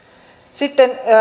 sitten